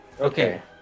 Okay